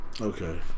Okay